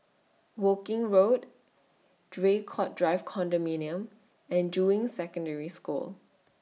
Woking Road Draycott Drive Condominium and Juying Secondary School